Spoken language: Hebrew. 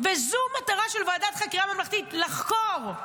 וזו המטרה של ועדת חקירה ממלכתית, לחקור,